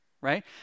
right